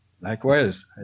likewise